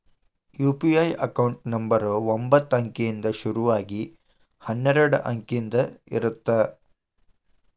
UPI account number ಒಂಬತ್ತ ಅಂಕಿಯಿಂದ್ ಶುರು ಆಗಿ ಹನ್ನೆರಡ ಅಂಕಿದ್ ಇರತ್ತ